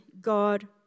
God